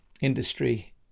industry